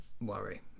worry